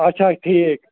اچھا ٹھیٖک